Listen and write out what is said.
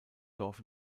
dorf